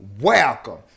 welcome